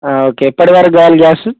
okay ఎప్పటి వరకు కావాలి గ్యాసు